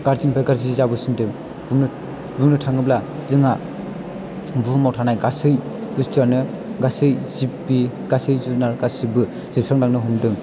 गाज्रिनिफ्राय गाज्रि जाबोसिनदों बुंनो बुंनो थाङोब्ला जोंहा बुहुमाव थानाय गासै बुस्थुवानो गासै जिबि गासै जुनार गासैबो जोबस्रांलांनो हमदों